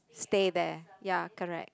stay there ya correct